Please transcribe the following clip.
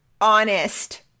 honest